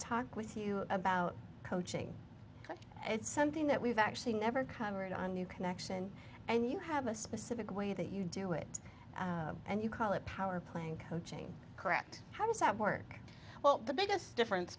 talk with you about coaching because it's something that we've actually never covered on new connection and you have a specific way that you do it and you call it power playing coaching correct how does that work well the biggest difference